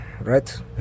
right